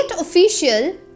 official